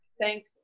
thank